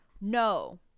No